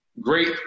great